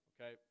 okay